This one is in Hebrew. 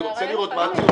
אני ארצה לראות מה הטיעונים.